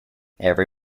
every